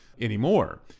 anymore